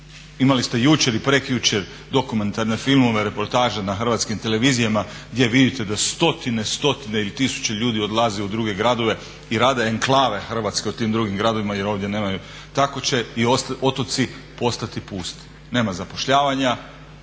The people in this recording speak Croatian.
imali ste jučer i prekjučer dokumentarne filmove, reportaže na hrvatskim televizijama gdje vidite da stotine, stotine ili tisuće ljudi odlaze u druge gradove i rade enklave hrvatske u tim drugim gradovima jer ovdje nemaju. Tako će i otoci postati pusti. Nema zapošljavanja,